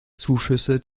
zuschüsse